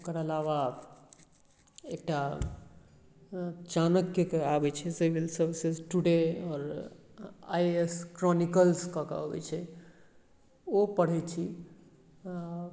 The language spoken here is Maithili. ओकर अलावा एकटा चाणक्यके अबैत छै सिविल सर्विसेज टुडे आओर आइ ए एस क्रोनिकल्स कऽ कऽ अबैत छै ओ पढ़ैत छी